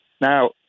Now